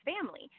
family